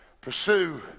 pursue